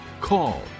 call